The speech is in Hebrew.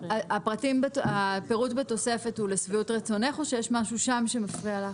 הפירוט בתוספת הוא לשביעת רצונך או שיש משהו שם שמפריע לך?